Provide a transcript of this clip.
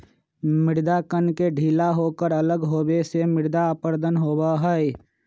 मृदा कण के ढीला होकर अलग होवे से मृदा अपरदन होबा हई